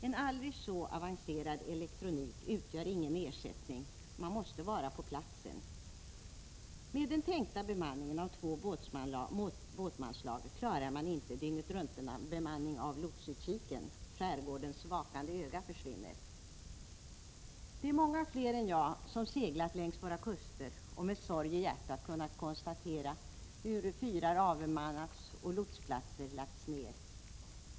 En aldrig så avancerad elektronik utgör ingen ersättning — man måste vara på platsen. Med den tänkta bemanningen av två båtsmanslag klarar man inte dygnetruntbemanning av lotsutkiken — skärgårdens vakande öga försvinner. Det är många fler än jag som seglat längs våra kuster och med sorg i hjärtat kunnat konstatera hur fyrar avbemannats och lotsplatser lagts ner.